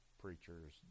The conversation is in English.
preacher's